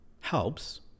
helps